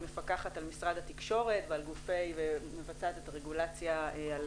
המפקחת על משרד התקשורת ומבצעת את הרגולציה על